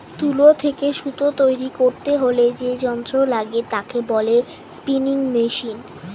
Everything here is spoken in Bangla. তুলো থেকে সুতো তৈরী করতে হলে যে যন্ত্র লাগে তাকে বলে স্পিনিং মেশিন